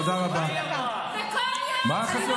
תודה רבה.